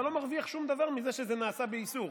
אתה לא מרוויח שום דבר מזה שזה נעשה באיסור,